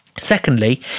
secondly